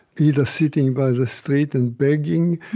either sitting by the street and begging,